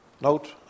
Note